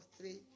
three